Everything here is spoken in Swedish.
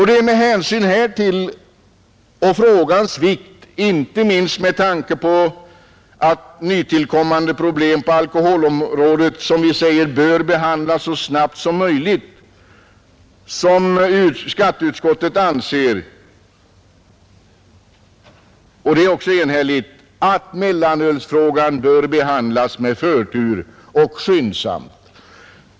=" Det är med hänsyn därtill och till frågans vikt — och inte minst med tanke på att nytillkommande problem på alkoholområdet bör behandlas så snabbt som möjligt — som skatteutskottet enhälligt anser att mellanölsfrågan bör behandlas skyndsamt och med förtur.